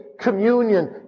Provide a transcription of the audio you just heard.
communion